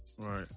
right